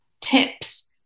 tips